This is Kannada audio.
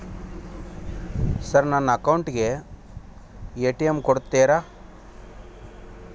ಸರ್ ನನ್ನ ಅಕೌಂಟ್ ಗೆ ಎ.ಟಿ.ಎಂ ಕೊಡುತ್ತೇರಾ?